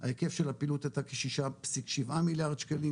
ההיקף של הפעילות היתה כ-6.7 מיליארד שקלים,